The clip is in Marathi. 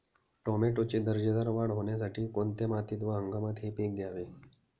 टोमॅटोची दर्जेदार वाढ होण्यासाठी कोणत्या मातीत व हंगामात हे पीक घ्यावे?